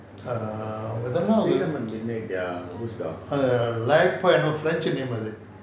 err அது என்னமோ:athu enamo like என்னமோ:ennamo french name அது:athu